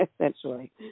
essentially